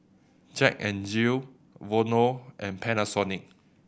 Jack N Jill Vono and Panasonic